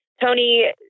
Tony